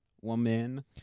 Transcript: woman